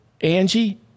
Angie